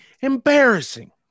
embarrassing